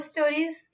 Stories